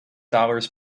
dollars